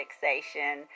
fixation